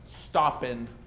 stopping